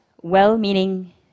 well-meaning